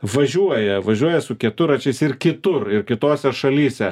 važiuoja važiuoja su keturračiais ir kitur ir kitose šalyse